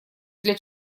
для